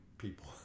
people